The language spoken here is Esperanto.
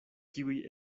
kiuj